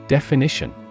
Definition